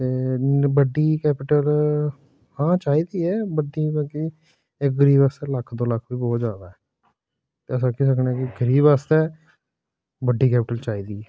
ते बड्डी कैपिटल आं चाहिदी ऐ बड्डी मतलब कि इक गरीब आस्तै लक्ख दो लक्ख बहुत ज्यादा ऐ अस आक्खी सकने आं कि गरीब आस्तै बड्डी कैपिटल चाहिदी ऐ